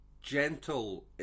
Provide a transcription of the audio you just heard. gentle